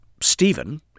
Stephen